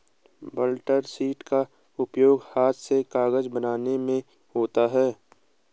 blotter sheet का उपयोग हाथ से कागज बनाने में होता है